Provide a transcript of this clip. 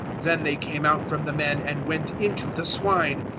then they came out from the men and went into the swine,